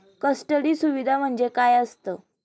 Custody सुविधा म्हणजे काय असतं?